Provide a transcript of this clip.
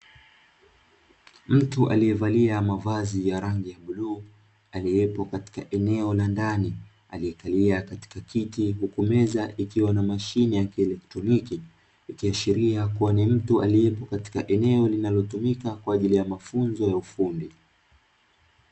Mtu aliyevalia mavazi ya rangi ya bluu aliyepo katika eneo la ndani aliyekalia katika kiti huku meza ikiwa na mashine ya kielektroniki, ikiashiria kuwa ni mtu aliyepo katika eneo linalotumika kwa ajili ya mafunzo ya ufundi.